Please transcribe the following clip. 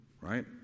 right